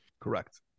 correct